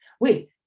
Wait